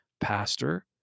pastor